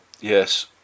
Yes